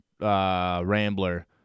Rambler